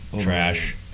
trash